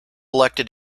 elected